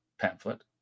pamphlet